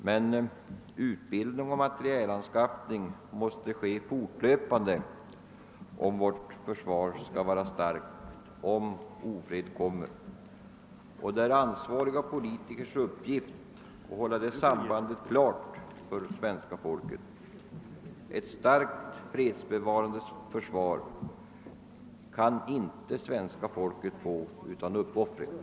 Men utbildning och materielanskaffning måste ske fortlöpande om vårt försvar skall vara starkt i händelse av ofred, och det är ansvariga politikers upgift att hålla det sambandet klart för folket. Ett starkt, fredsbevarande försvar kan inte svenska folket få utan uppoffringar.